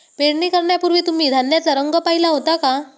पेरणी करण्यापूर्वी तुम्ही धान्याचा रंग पाहीला होता का?